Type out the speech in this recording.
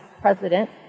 president